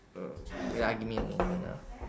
uh wait ah give me a moment ah